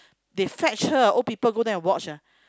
they fetch her old people go there and watch ah